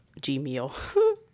Gmail